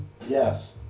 Yes